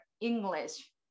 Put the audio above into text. English